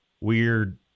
weird